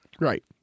Right